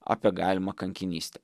apie galimą kankinystę